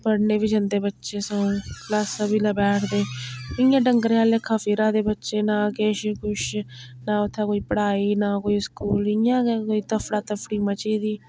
पढ़ने बी जंदे बच्चें सगुआं क्लासां बी बैठ दे इ'यां डंगरें आह्ला लेखा फिरे दे बच्चे नां किश कुछ नां उत्थें कोई पढ़ाई नां कोई स्कूल इ'यां गै कोई तफड़ा तफड़ी मची दी